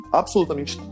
absolutamente